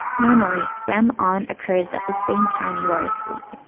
normally, rem on occurs at the same time you are asleep.